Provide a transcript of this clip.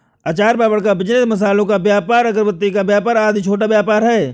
अचार पापड़ का बिजनेस, मसालों का व्यापार, अगरबत्ती का व्यापार आदि छोटा व्यापार है